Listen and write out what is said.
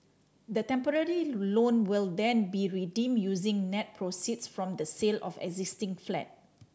the temporary loan will then be redeemed using net proceeds from the sale of the existing flat